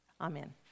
Amen